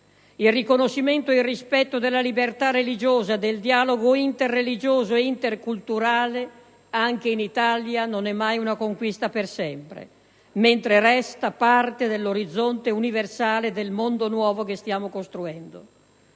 Il riconoscimento e il rispetto della libertà religiosa, del dialogo interreligioso ed interculturale - anche in Italia - non è mai una conquista per sempre, mentre resta parte dell'orizzonte universale del mondo nuovo che stiamo costruendo.